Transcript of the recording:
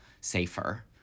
safer